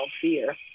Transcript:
fear